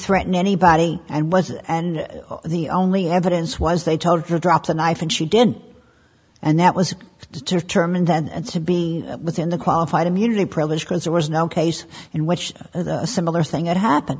threaten anybody and was and the only evidence was they told her drop the knife and she didn't and that was determined to be within the qualified immunity privilege because there was no case in which a similar thing that happened